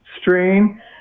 strain